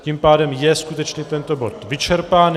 Tím pádem je skutečně tento bod vyčerpán.